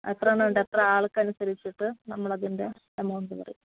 എത്രയെണ്ണമുണ്ട് എത്ര ആൾക്കനുസരിച്ചിട്ട് നമ്മളതിൻ്റെ എമൗണ്ട് പറയും